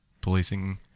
policing